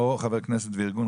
או חבר כנסת וארגון,